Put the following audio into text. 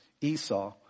Esau